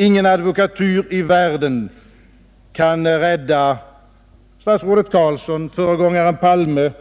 Ingen advokatyr i världen kan rädda statsrådet Carlsson, föregångaren Palme